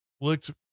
looked